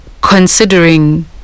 considering